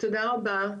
תודה רבה.